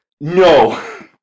No